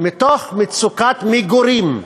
מתוך מצוקת מגורים,